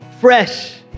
fresh